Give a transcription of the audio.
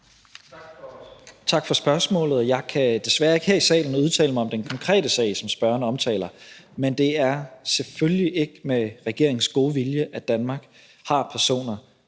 Tak for spørgsmålet. Jeg kan desværre ikke her i salen udtale mig om den konkrete sag, som spørgeren omtaler, men det er selvfølgelig ikke med regeringens gode vilje, at Danmark har personer